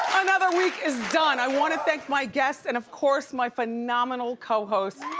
another week is done. i wanna thank my guests and of course my phenomenal co-hosts.